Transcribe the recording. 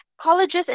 Colleges